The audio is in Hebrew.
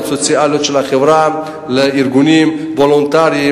הסוציאליות של החברה לארגונים וולונטריים.